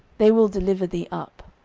they will deliver thee up.